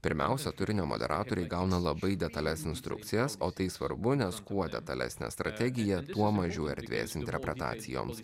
pirmiausia turinio moderatoriai gauna labai detalias instrukcijas o tai svarbu nes kuo detalesnė strategija tuo mažiau erdvės interpretacijoms